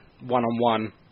one-on-one